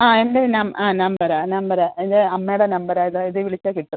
ആ എൻ്റെ ആ നമ്പറാ നമ്പര് എൻ്റെ അമ്മയുടെ നമ്പറാണ് ഇത് ഇതില് വിളിച്ചാല് കിട്ടും